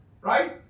right